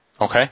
Okay